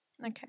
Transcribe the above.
Okay